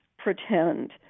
pretend